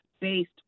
based